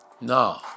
No